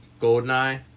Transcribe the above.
Goldeneye